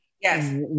Yes